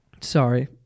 sorry